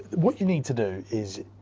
what you need to do is,